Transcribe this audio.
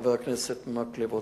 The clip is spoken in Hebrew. חבר הכנסת מקלב רוצה.